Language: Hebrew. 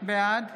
בעד